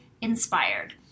inspired